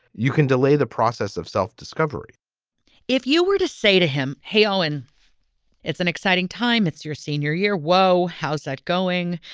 you can delay the process of self-discovery if you were to say to him, hey, oh, and it's an exciting time, it's your senior year. whoa, how's that going?